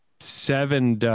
seven